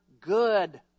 good